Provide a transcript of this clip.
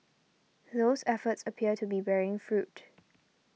those efforts appear to be bearing fruit